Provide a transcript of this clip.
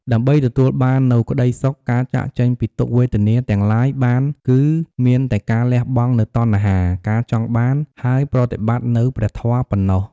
ដើម្បីទទួលបាននូវក្ដីសុខ ការចាកចេញពីទុក្ខវេទនាទាំងឡាយបាន គឺមានតែការលះបង់នូវតណ្ហា ការចង់បាន ហើយប្រតិបត្តិនូវព្រះធម៌ប៉ុណ្ណោះ។